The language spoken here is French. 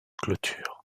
clôture